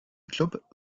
klub